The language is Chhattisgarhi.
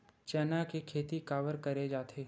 चना के खेती काबर करे जाथे?